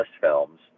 films